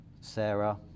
Sarah